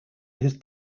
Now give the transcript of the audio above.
his